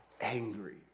angry